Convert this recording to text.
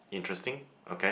interesting okay